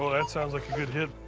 ah that sounds like a good hit.